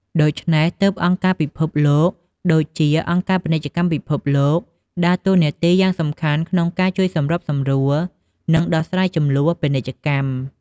ដូច្នេះទើបអង្គការពិភពលោកដូចជា អង្គការពាណិជ្ជកម្មពិភពលោក ដើរតួនាទីយ៉ាងសំខាន់ក្នុងការជួយសម្របសម្រួល និងដោះស្រាយជម្លោះពាណិជ្ជកម្ម។